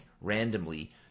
randomly